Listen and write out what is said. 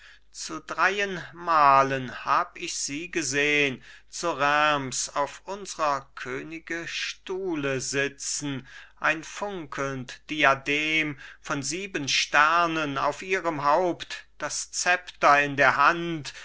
zu dreien malen hab ich sie gesehn zu reims auf unsrer könige stuhle sitzen ein funkelnd diadem von sieben sternen auf ihrem haupt das szepter in der hand